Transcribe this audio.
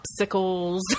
popsicles